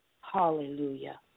Hallelujah